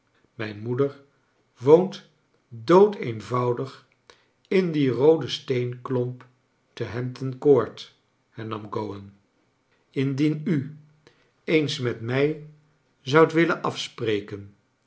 mijne moeder woont doodeenvoudig in die roode steenklomp te hampton court hernam gowan lndien charles dickens u eens met mij zoudt willen afspreken